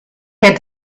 had